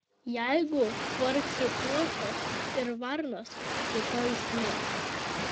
jeigu kvarksi kuosos ir varnos rytoj snigs